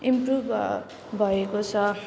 improve भ भएको छ